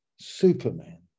Superman